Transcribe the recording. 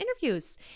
interviews